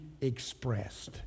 expressed